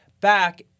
back